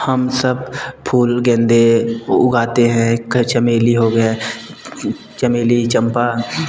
हम सब फूल गेंदे उगाते हैं चमेली हो गया चमेली चम्पा